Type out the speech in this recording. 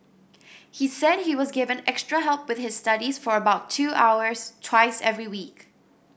he said he was given extra help with his studies for about two hours twice every week